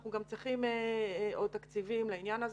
אנחנו גם צריכים עוד תקציבים לעניין הזה